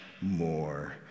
more